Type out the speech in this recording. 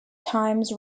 times